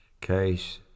case